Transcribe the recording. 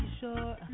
sure